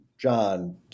John